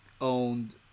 owned